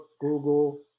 Google